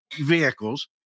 vehicles